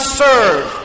serve